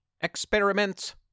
experiments